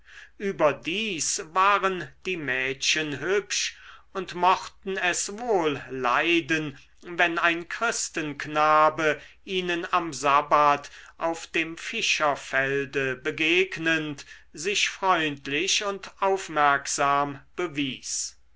überdies waren die mädchen hübsch und mochten es wohl leiden wenn ein christenknabe ihnen am sabbat auf dem fischerfelde begegnend sich freundlich und aufmerksam bewies